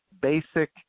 basic